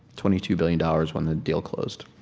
twenty two billion dollars when the deal closed.